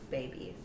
baby